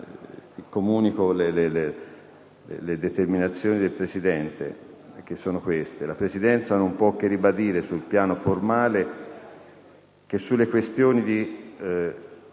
pertanto le determinazioni del Presidente. La Presidenza non può che ribadire sul piano formale che sulle questioni di